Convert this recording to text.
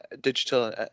digital